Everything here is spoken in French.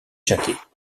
jacquet